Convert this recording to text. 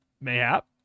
Mayhap